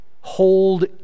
hold